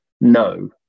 No